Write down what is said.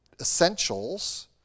essentials